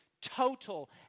total